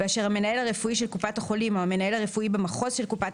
ואשר המנהל הרפואי של קופת החולים או המנהל הרפואי במחוז של קופת